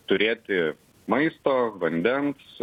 turėti maisto vandens